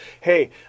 Hey